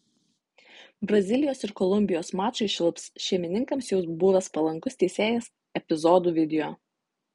brazilijos ir kolumbijos mačui švilps šeimininkams jau buvęs palankus teisėjas epizodų video